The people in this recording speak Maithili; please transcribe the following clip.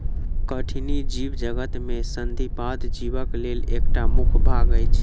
कठिनी जीवजगत में संधिपाद जीवक लेल एकटा मुख्य भाग अछि